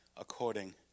according